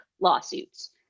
lawsuits